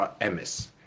MS